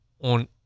on